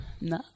No